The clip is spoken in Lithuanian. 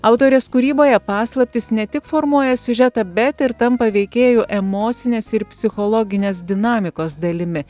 autorės kūryboje paslaptys ne tik formuoja siužetą bet ir tampa veikėjų emocinės ir psichologinės dinamikos dalimi